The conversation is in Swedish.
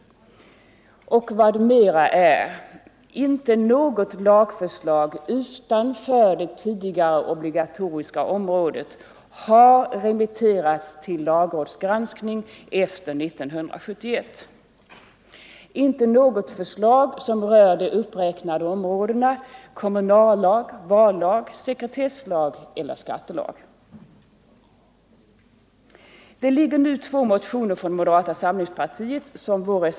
Och vad mera är: inte något lagförslag utanför det tidigare obligatoriska området har remitterats till lagrådsgranskning efter 1971 — inte något förslag som rör de uppräknade områdena kommunallag, vallag, sekretesslag eller skattelag.